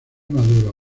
maduro